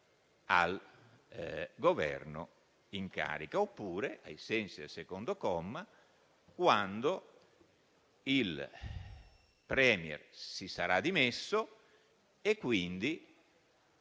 al Governo in carica, oppure, ai sensi del secondo comma, quando il *Premier* si sarà dimesso e quindi